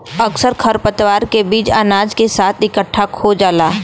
अक्सर खरपतवार के बीज अनाज के साथ इकट्ठा खो जाला